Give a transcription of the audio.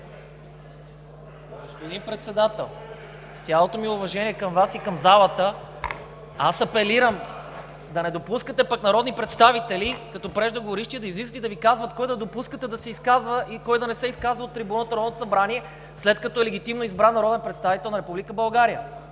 Господин Председател, с цялото ми уважение към Вас и към залата, апелирам да не допускате пък народни представители като преждеговорившия да излизат и да Ви казват кой да допускате да се изказва и кой да не се изказва от трибуната на Народното събрание, след като е легитимно избран народен представител на Република